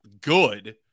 good